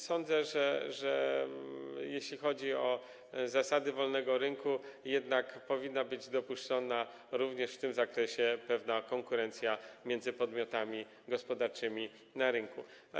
Sądzę, że jeśli chodzi o zasady wolnego rynku, powinna jednak być dopuszczona również w tym zakresie pewna konkurencja między podmiotami gospodarczymi na rynku.